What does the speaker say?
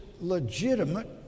legitimate